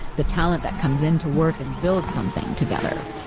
the talent that comes into work and build something together.